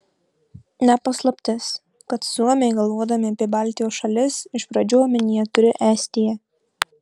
ne paslaptis kad suomiai galvodami apie baltijos šalis iš pradžių omenyje turi estiją